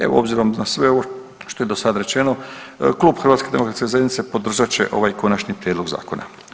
Evo obzirom na sve ovo što je do sada rečeno Klub HDZ-a podržat će ovaj konačni prijedlog zakona.